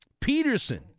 Peterson